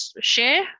share